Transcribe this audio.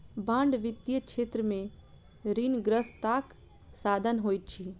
bond वित्तीय क्षेत्र में ऋणग्रस्तताक साधन होइत अछि